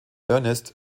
ernest